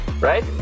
Right